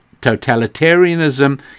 totalitarianism